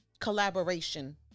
collaboration